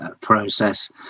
process